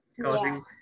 causing